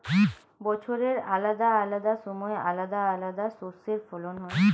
বছরের আলাদা আলাদা সময় আলাদা আলাদা শস্যের ফলন হয়